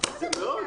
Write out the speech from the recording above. זה בלבול.